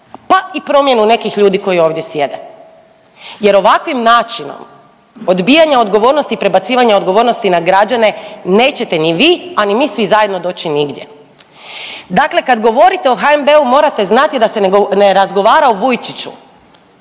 pa i promjenu nekih ljudi koji ovdje sjede jer ovakvim načinom odbijanja odgovornosti i prebacivanja odgovornosti na građane nećete ni vi, a ni mi svi zajedno doći nigdje. Dakle, kad govorite o HNB-u morate znati da se ne razgovara o Vujčiću,